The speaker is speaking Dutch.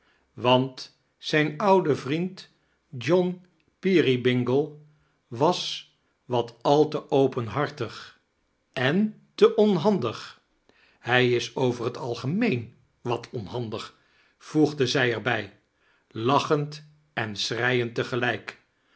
want zijn oude vriend john peerybingle was wat al te openhartig en te onhandig hij is over het algemeen wat onhandig voegde zij er bij lachend en schreiend